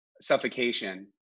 suffocation